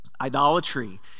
Idolatry